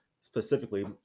specifically